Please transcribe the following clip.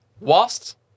Whilst